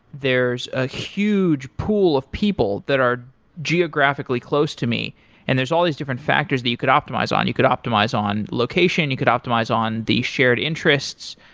there's a huge pool of people that are geographically close to me and there's all these different factors that you could optimize on. you could optimize on location, you could optimize on the shared interests.